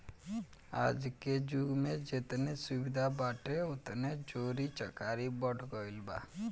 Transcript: आजके जुग में जेतने सुविधा बाटे ओतने चोरी चकारी बढ़ गईल बा